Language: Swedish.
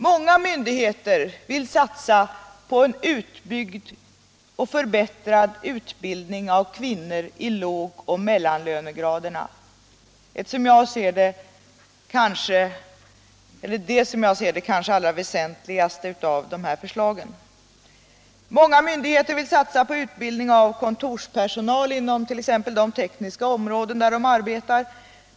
Många myndigheter vill satsa på en utbyggd och bättre utbildning av kvinnor i lågoch mellanlönegraderna, vilket jag anser vara det allra väsentligaste i dessa förslag. Många myndigheter vill satsa på utbildning av kontorspersonal inom t.ex. de tekniska områden där de arbetar.